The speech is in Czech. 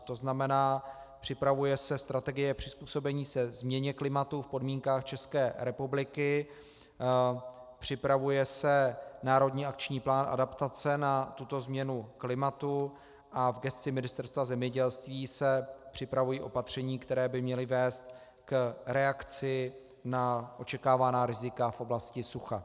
To znamená, připravuje se strategie přizpůsobení se změně klimatu v podmínkách České republiky, připravuje se národní akční plán adaptace na tuto změnu klimatu a v gesci Ministerstva zemědělství se připravují opatření, která by měla vést k reakci na očekávaná rizika v oblasti sucha.